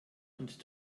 und